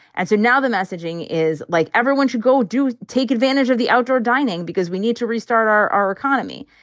and so now the messaging is like everyone should go do take advantage of the outdoor dining because we need to restart our our economy.